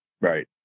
right